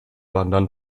wandern